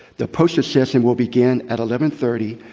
the poster session will begin at eleven thirty.